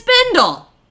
spindle